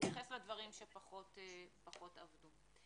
נתייחס לדברים שפחות עבדו.